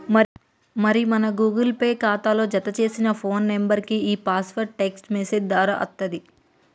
మరి మన Google pay ఖాతాలో జతచేసిన ఫోన్ నెంబర్కే ఈ పాస్వర్డ్ టెక్స్ట్ మెసేజ్ దారా అత్తది